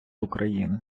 україни